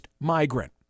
migrant